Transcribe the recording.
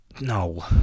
no